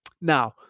Now